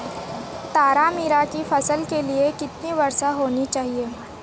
तारामीरा की फसल के लिए कितनी वर्षा होनी चाहिए?